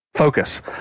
Focus